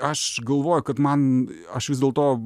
aš galvoju kad man aš vis dėlto